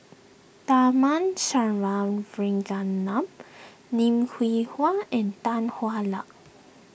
Tharman Shanmugaratnam Lim Hwee Hua and Tan Hwa Luck